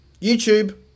YouTube